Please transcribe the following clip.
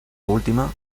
última